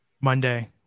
Monday